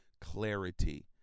clarity